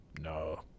No